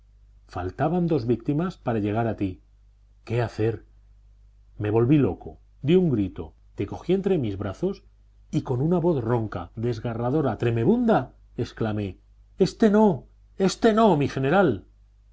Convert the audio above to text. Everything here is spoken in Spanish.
faltaban dos víctimas para llegar a ti qué hacer me volví loco di un grito te cogí entre mis brazos y con una voz ronca desgarradora tremebunda exclamé éste no éste no mi general